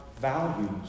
values